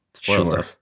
sure